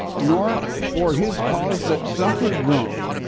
nor for his cause that suffered wrong,